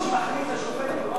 מי שמחליט זה השופט.